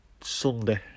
sunday